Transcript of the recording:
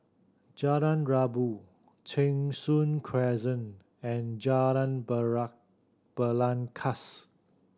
Jalan Rabu Cheng Soon Crescent and Jalan Belangkas